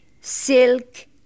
silk